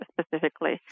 specifically